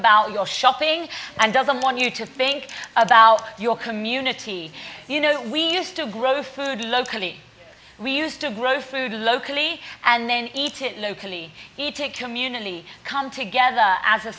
about your shopping and doesn't want you to think about your community you know we used to grow food locally we used to grow food locally and then eat it locally eat a community come together as a